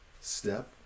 step